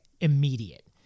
immediate